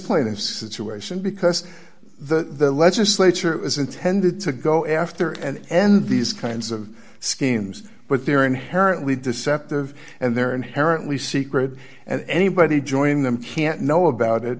of situation because the legislature is intended to go after and end these kinds of schemes but they're inherently deceptive and they're inherently secret and anybody joining them can't know about it